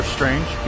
Strange